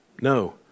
No